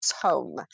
home